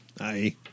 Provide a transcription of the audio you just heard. Aye